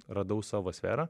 radau savo sferą